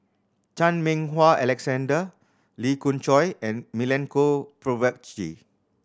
Chan Meng Wah Alexander Lee Khoon Choy and Milenko Prvacki